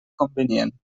convenient